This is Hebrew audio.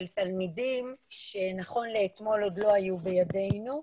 תלמידים שנכון לאתמול עוד לא היו בידינו,